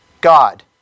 God